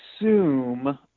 assume